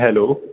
hello